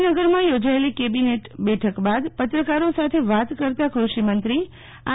ગાંધીનગરમાંયોજાયેલી cabinet બેઠક બાદ પત્રકારો સાથે વાત કરતાં ક્રષિમંત્રી આર